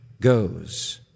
goes